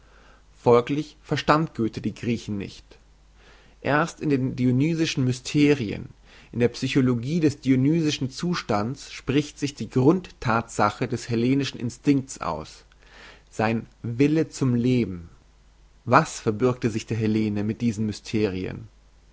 folglich verstand goethe die griechen nicht denn erst in den dionysischen mysterien in der psychologie des dionysischen zustands spricht sich die grundthatsache des hellenischen instinkts aus sein wille zum leben was verbürgte sich der hellene mit diesen mysterien